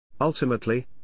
Ultimately